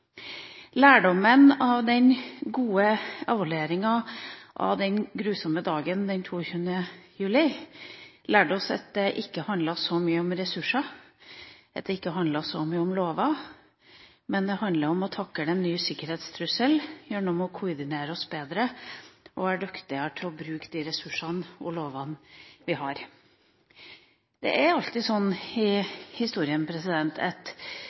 Lærdommen av den gode evalueringa etter den grusomme dagen den 22. juli lærte oss at det ikke handlet så mye om ressurser, ikke så my om lover, men det handler om å takle den nye sikkerhetstrusselen gjennom å koordinere oss bedre og være dyktigere til å bruke de ressursene og lovene vi har. Det er alltid sånn i historien at